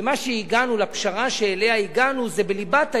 ומה שהגענו, הפשרה שאליה הגענו זה בליבת העניין.